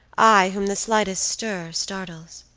i whom the slightest stir startles?